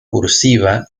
cursiva